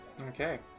okay